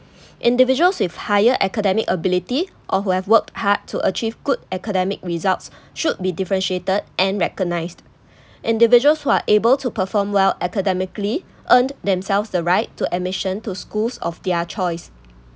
individuals with higher academic ability or who have worked hard to achieve good academic results should be differentiated and recognised individuals who are able to perform well academically earned themselves the right to admission to schools of their choice